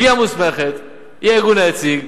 שהיא המוסמכת, היא הארגון היציג,